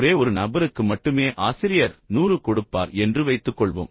ஒரே ஒரு நபருக்கு மட்டுமே ஆசிரியர் 100 கொடுப்பார் என்று வைத்துக்கொள்வோம்